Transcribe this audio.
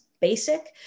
basic